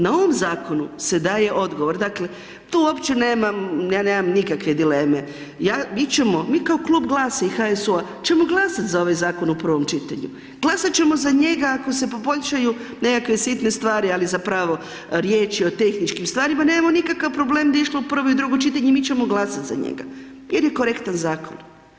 Na ovom zakonu se daje odgovor, dakle tu uopće nemam, ja nemam nikakve dileme, mi kao klub GLAS-a i HSU-a ćemo glasat za ovaj zakon u prvom čitanju, glasat ćemo za njega ako se poboljšaju nekakve sitne stvari ali zapravo riječ je o tehničkim stvarima, nemamo nikakav problem da je išlo u prvo i drugo čitanje, mi ćemo glasat za njega jer je korektan zakon.